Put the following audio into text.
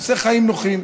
עושה חיים נוחים.